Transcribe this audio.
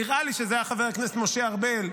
נראה לי שזה היה חבר הכנסת משה ארבל,